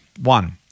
One